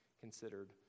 considered